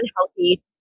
unhealthy